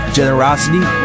generosity